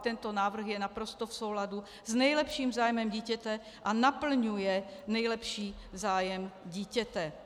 Tento návrh je naprosto v souladu s nejlepším zájmem dítěte a naplňuje nejlepší zájem dítěte.